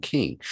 King